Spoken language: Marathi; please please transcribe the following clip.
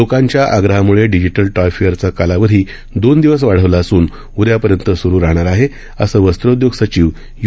लोकांच्या आग्रहामुळे डिजिटल टॉय फेअरचा कालावधी दोन दिवस वाढवला असून उद्यापर्यंत सुरू राहणार आहे असं वस्त्रोद्योग सचिव यू